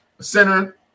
center